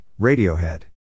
Radiohead